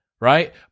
right